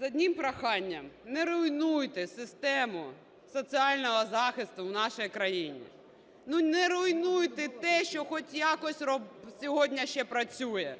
з одним проханням: не руйнуйте систему соціального захисту в нашій країні. Ну не руйнуйте те, що хоч якось сьогодні ще працює.